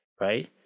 Right